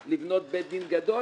מיועד לבנות בית דין גדול,